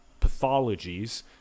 pathologies